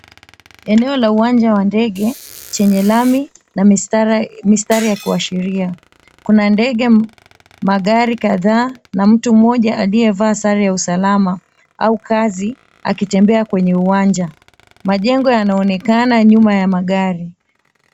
Eneo la uwanja wa ndege chenye lami na mistari ya kuashiria kuna ndege, magari kadhaa na mtu mmoja alivaa sare ya usalama au kazi akitembea kwenye uwanja. Majengo yanaonekana nyuma ya magari.